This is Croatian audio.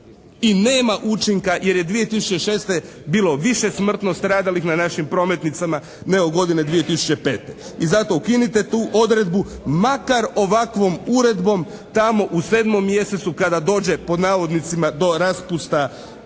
i nema učinka jer je 2006. bilo više smrtno stradalih na našim prometnicama nego godine 2005. I zato ukinite tu odredbu makar ovakvom uredbom tamo u 7. mjesecu kada dođe "do raspusta